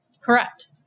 Correct